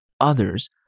others